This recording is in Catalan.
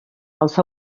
els